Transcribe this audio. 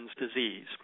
disease